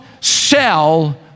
Sell